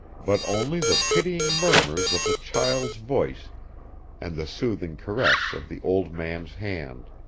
but only the pitying murmurs of the child's voice and the soothing caress of the old man's hand.